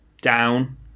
down